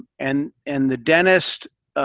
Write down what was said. and and the dentist